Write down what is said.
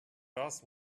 does